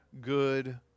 good